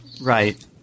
Right